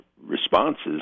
responses